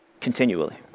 continually